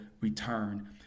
return